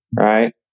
right